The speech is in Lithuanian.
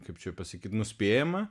kaip čia pasakyt nuspėjama